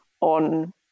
on